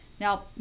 Now